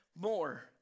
more